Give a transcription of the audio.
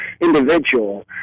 individual